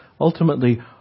Ultimately